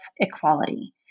equality